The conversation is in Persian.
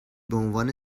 بعنوان